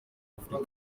afurika